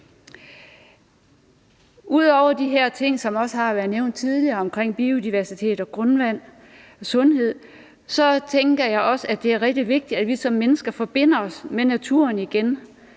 Ud over de her ting, som har været nævnt tidligere, om biodiversitet, grundvand og sundhed, så tænker jeg også, at det er rigtig vigtigt, at vi som mennesker forbinder os med naturen igen.